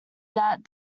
that